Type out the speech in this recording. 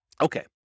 Okay